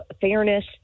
fairness